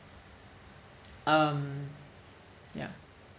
um yeah